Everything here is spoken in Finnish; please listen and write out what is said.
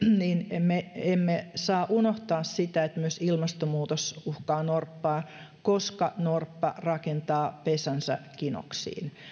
emme emme saa unohtaa sitä että myös ilmastonmuutos uhkaa norppaa koska norppa rakentaa pesänsä kinoksiin